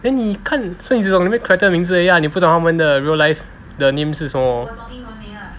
then 你看 so 你只懂那个 character 的名字而已 lah 你不懂他们的 real life 的 name 是什么